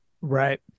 Right